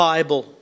Bible